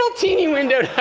teeny window